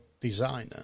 designer